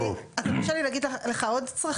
תרשה לי להגיד לך עוד צרכים.